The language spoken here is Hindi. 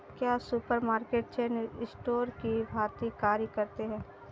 क्या सुपरमार्केट चेन स्टोर की भांति कार्य करते हैं?